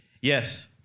Yes